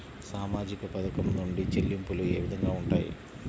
సామాజిక పథకం నుండి చెల్లింపులు ఏ విధంగా ఉంటాయి?